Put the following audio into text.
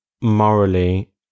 morally